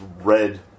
red